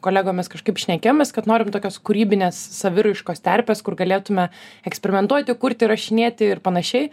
kolegomis kažkaip šnekėjomės kad norim tokios kūrybinės saviraiškos terpės kur galėtume eksperimentuoti kurt įrašinėti ir panašiai